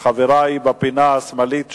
חברי בפינה השמאלית שם,